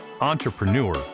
entrepreneur